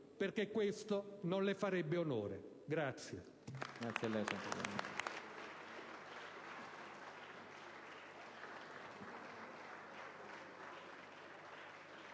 perché questo non le farebbe onore.